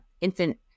infant